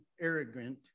arrogant